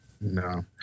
No